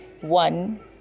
one